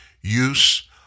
Use